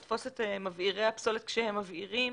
לתפוס את מבעירי הפסולת כשהם מבעירים